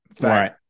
Right